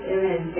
Amen